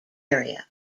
area